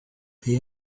pay